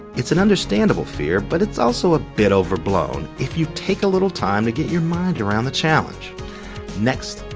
it's an understandable fear, but it's also a bit overblown if you take a little time to get your mind around the challenge next,